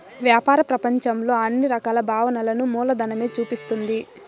వ్యాపార ప్రపంచంలో అన్ని రకాల భావనలను మూలధనమే చూపిస్తుంది